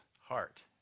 heart